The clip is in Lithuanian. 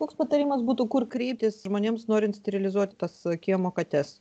koks patarimas būtų kur kreiptis žmonėms norint realizuot tas kiemo kates